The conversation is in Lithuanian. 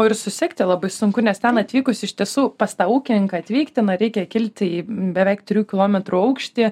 o ir susekti labai sunku nes ten atvykusi iš tiesų pas tą ūkininką atvykti na reikia kilti į beveik trijų kilometrų aukštį